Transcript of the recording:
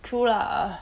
true lah